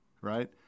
right